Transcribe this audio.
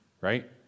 Right